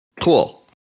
Cool